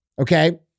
Okay